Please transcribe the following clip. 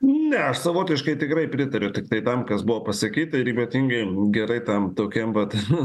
ne aš savotiškai tikrai pritariu tiktai tam kas buvo pasakyta ir ypatingai gerai tam tokiam vat